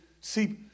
see